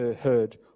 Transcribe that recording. heard